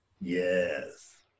Yes